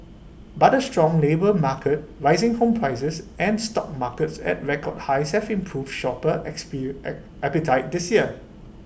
but A strong labour market rising home prices and stock markets at record highs have improved shopper appetite this year